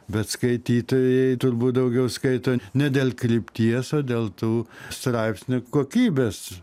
bet skaitytojai turbūt daugiau skaito ne dėl krypties o dėl tų straipsnių kokybės